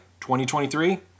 2023